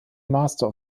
master